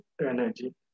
energy